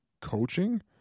coaching –